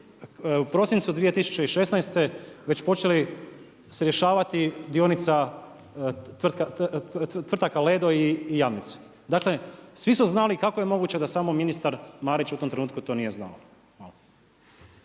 u prosincu 2016. već počeli se rješavati dionica tvrtaka Ledo i Jamnice. Dakle, svi su znali, kako je moguća da samo ministar Marić u tom trenutku to nije znao?